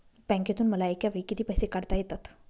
बँकेतून मला एकावेळी किती पैसे काढता येतात?